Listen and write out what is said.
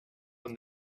when